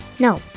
No